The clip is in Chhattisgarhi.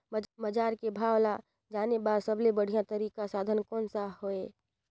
बजार के भाव ला जाने बार सबले बढ़िया तारिक साधन कोन सा हवय?